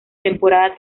temporada